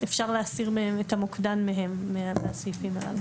אפשר להסיר את המוקדן מהסעיפים הללו.